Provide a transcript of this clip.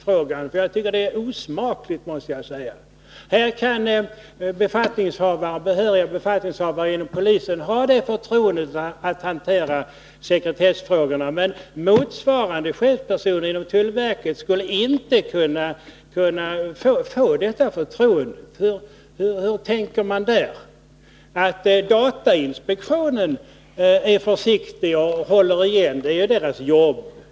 Herr talman! Jag tycker att man skall tala tyst om sekretessfrågan — det är osmakligt att dra in den. Behöriga befattningshavare inom polisen kan ha förtroendet att hantera sekretessfrågorna, men motsvarande chefspersoner inom tullverket skulle inte kunna få samma förtroende. Hur tänker man i det fallet? Att datainspektionen är försiktig och håller igen är naturligt — det är ju dess jobb.